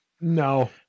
No